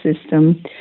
system